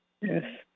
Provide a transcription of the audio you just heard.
Yes